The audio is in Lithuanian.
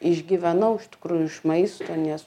išgyvenau iš tikrųjų iš maisto nes